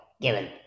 given